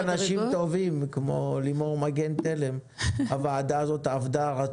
בזכות אנשים טובים כמו לימור מגן תלם הוועדה הזאת עבדה רצוף.